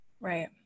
Right